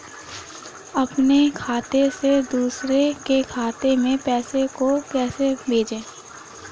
अपने खाते से दूसरे के खाते में पैसे को कैसे भेजे?